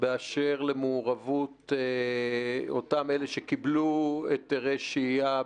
באשר למעורבות אותם אלה שקיבלו היתרי שהייה,